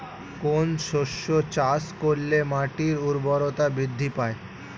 কোন শস্য চাষ করলে মাটির উর্বরতা বৃদ্ধি পায়?